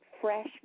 fresh